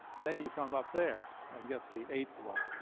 then you come up there and get the eighth one.